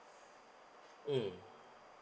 mm